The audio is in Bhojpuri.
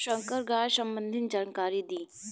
संकर गाय सबंधी जानकारी दी?